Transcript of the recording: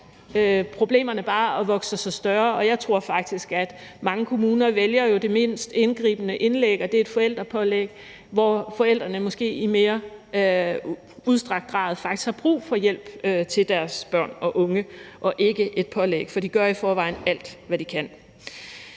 problemerne sig bare større, og jeg tror faktisk, at mange kommuner vælger det mindst indgribende indgreb, og det er et forældrepålæg, hvor forældrene måske i mere udstrakt grad faktisk har brug for hjælp til deres børn og unge og ikke har brug for et pålæg, for de gør i forvejen alt, hvad de kan.